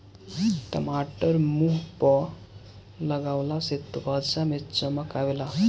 टमाटर मुंह पअ लगवला से त्वचा में चमक आवेला